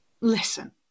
Listen